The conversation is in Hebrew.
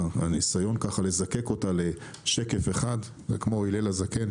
והניסיון לזקק אותה לשקף אחד זה כמו הלל הזקן,